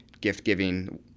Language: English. gift-giving